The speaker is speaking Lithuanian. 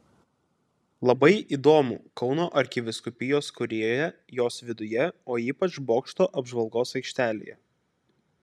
labai įdomu kauno arkivyskupijos kurijoje jos viduje o ypač bokšto apžvalgos aikštelėje